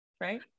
right